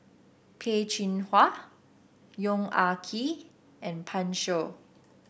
Peh Chin Hua Yong Ah Kee and Pan Shou